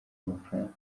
amafaranga